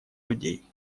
людей